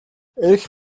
эрх